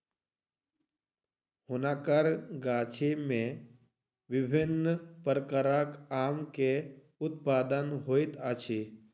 हुनकर गाछी में विभिन्न प्रकारक आम के उत्पादन होइत छल